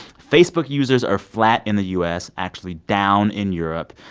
facebook users are flat in the u s, actually down in europe.